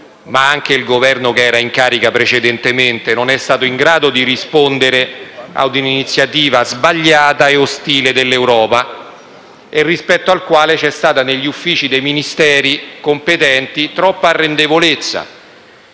anche il Governo in carica precedentemente non è stato in grado di rispondere a un'iniziativa sbagliata e ostile dell'Europa e rispetto alla quale, negli uffici dei Ministeri competenti, c'è stata troppa arrendevolezza.